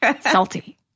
salty